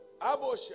Abosha